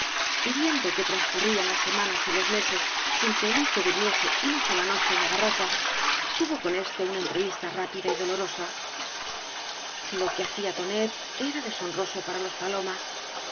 y viendo que transcurrían las sema v blasco ibáñiflz ñas y loe meses sin que el hijo durmiese una sola noche en la barraca tuvo con éste una entrevista rápida y dolorosa lo que hacía tonet era deshonroso para los palomas